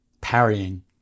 parrying